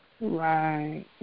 Right